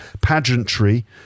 pageantry